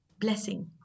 blessing